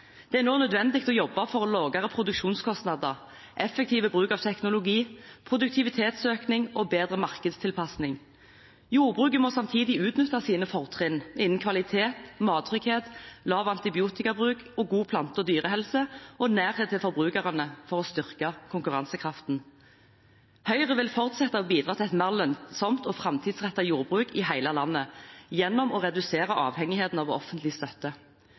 Det er nå nødvendig å jobbe for lavere produksjonskostnader, effektiv bruk av teknologi, produktivitetsøkning og bedre markedstilpasning. Jordbruket må samtidig utnytte sine fortrinn innen kvalitet, mattrygghet, lav antibiotikabruk, god plante- og dyrehelse og nærhet til forbrukerne for å styrke konkurransekraften. Høyre vil fortsette å bidra til et mer lønnsomt og framtidsrettet jordbruk i hele landet, gjennom å redusere avhengigheten av offentlig støtte.